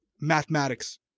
mathematics